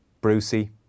Brucey